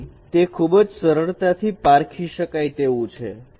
તેથી તે ખૂબ જ સરળતાથી પારખી શકાય તેવું છે